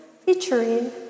featuring